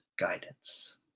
guidance